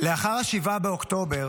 לאחר 7 באוקטובר